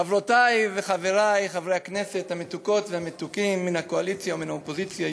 חברותי וחברי חברי הכנסת המתוקות והמתוקים מן הקואליציה ומן האופוזיציה,